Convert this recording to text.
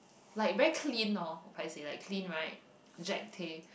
like very clean hor if I say like clean right Jack-Tay